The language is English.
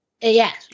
Yes